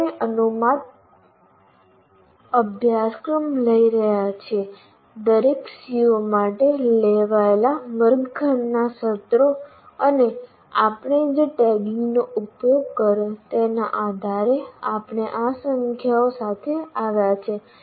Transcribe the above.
આપણે અનુમાનિત અભ્યાસક્રમ લઈ રહ્યા છીએ દરેક CO માટે લેવાયેલા વર્ગખંડના સત્રો અને આપણે જે ટેગિંગનો ઉપયોગ કર્યો તેના આધારે આપણે આ સંખ્યાઓ સાથે આવ્યા છીએ